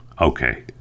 Okay